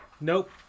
Nope